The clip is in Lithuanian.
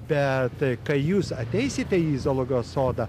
bet kai jūs ateisite į zoologijos sodą